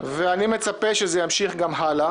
אני מצפה שזה ימשיך גם הלאה